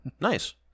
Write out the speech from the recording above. Nice